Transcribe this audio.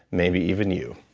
maybe even you.